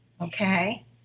Okay